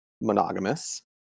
monogamous